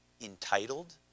entitled